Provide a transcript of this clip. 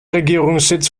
regierungssitz